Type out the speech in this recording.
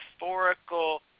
metaphorical